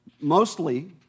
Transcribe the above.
Mostly